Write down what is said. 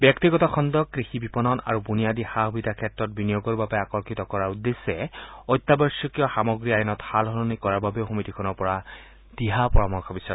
ব্যক্তিগত খণ্ডক কৃষি বিপণন আৰু বুনিয়াদি সা সুবিধা ক্ষেত্ৰত বিনিয়োগৰ বাবে আকৰ্ষিত কৰাৰ উদ্দেশ্যে অত্যাৱশ্যকীয় সামগ্ৰী আইনত সালসলনি কৰাৰ বাবেও সমিতিখনৰ পৰা দিহা পৰামৰ্শ বিচৰা হৈছে